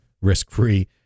risk-free